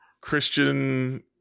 christian